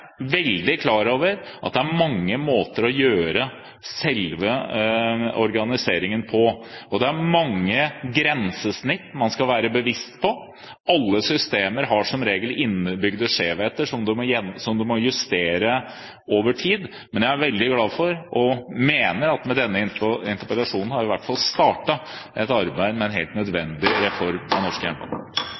mange grensesnitt man skal være bevisst på. Alle systemer har som regel innebygde skjevheter som må justeres over tid. Men jeg er veldig glad for, og mener, at vi med denne interpellasjonen i hvert fall har startet et arbeid med en helt nødvendig reform av